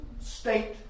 state